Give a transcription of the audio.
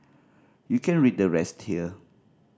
you can read the rest here